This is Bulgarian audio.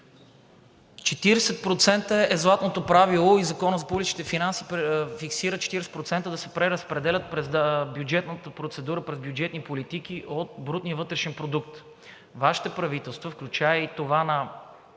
за публичните финанси фиксира 40% да се преразпределят през бюджетната процедура, през бюджетни политики от брутния вътрешен продукт. Вашите правителства, включая и това на